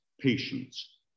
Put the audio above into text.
patience